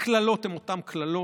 הקללות הן אותן קללות,